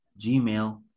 gmail